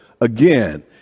Again